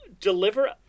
Deliver